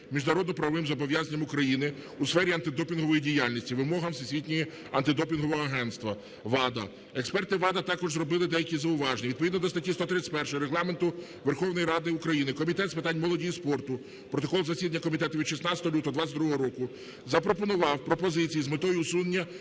міжнародно-правовим зобов'язанням України у сфері антидопінгової діяльності, вимогам Всесвітнього антидопінгового агентства ВАДА. Експерти ВАДА також зробили деякі зауваження. Відповідно до статті 131 Регламенту Верховної Ради України Комітет з питань молоді і спорту (протокол засідання комітету від 16 лютого 2022 року) запропонував пропозиції з метою усунення